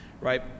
right